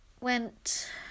went